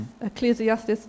Ecclesiastes